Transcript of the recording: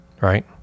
right